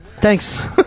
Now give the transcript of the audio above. Thanks